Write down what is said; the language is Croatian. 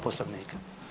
Poslovnika.